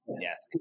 yes